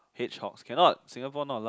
hedgehogs cannot Singapore not allowed